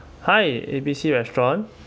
hi A B C restaurant